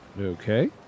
Okay